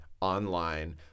online